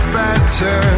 better